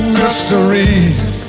mysteries